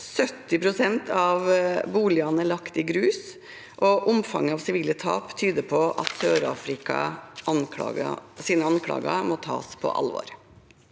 70 pst. av boligene er lagt i grus og omfanget av sivile tap tyder på at Sør-Afrikas anklager må tas på alvor: